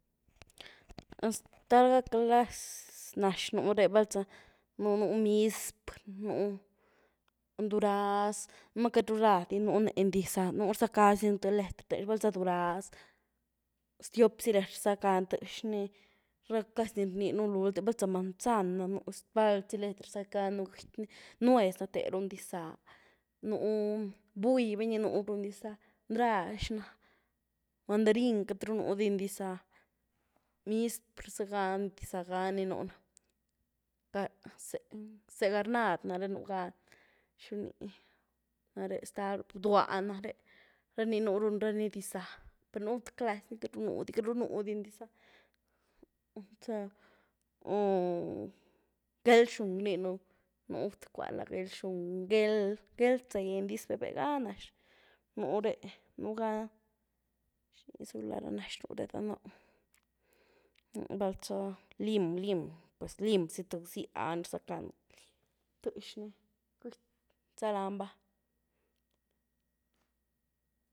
Stal ga clazy nax nuu re val za, nú mizpr, nú duraz, numá kat ru radini nuny en dixzá, nuny rzacazy nu’ th letr tëxny, val za duraz, stiop zy letr rzacanu tëxny, ra casi ni rni un lulte val za manzan na nú zvald zy letr rzacánu gëky-ny, nuéz na téruny dixza, nú buy, vëyny núru ny dixza, ndrax na, mandarin queity rú nudi ny dixza mizpr zygá dixza ga ni nuny, zé’h, zé’h garnad nare nugá ni, ¿xini? Nare ztal, bdwa na’re, raní núh ru rany dixza, per nú th clazy ni queity ru nú-diny dixza, géld-xún rninu, nú th kúhany lá géld-xún, géld géld-zëny diz véeh- véeh gá nax nú ree, nugá ¿xini za’ru lá ra nax nu’re ganóh?, val za lim lim pues lim zy tëby zy a ni rzacaënu tëxy-ny, gëky-za lany va.